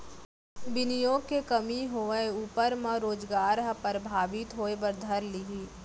बिनियोग के कमी होवब ऊपर म रोजगार ह परभाबित होय बर धर लिही